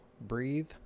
breathe